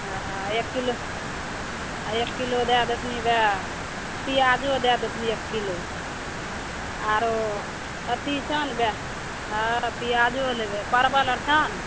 हँ आ एक किलो आ एक किलो दै देथिन बै पिआजो दै देथिनि एक किलो आरो अथी छन बै हँ पिआजो लेबै परबल आर छनि